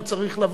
הוא צריך לבוא.